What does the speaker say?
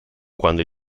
quando